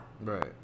Right